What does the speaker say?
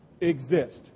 exist